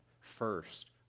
first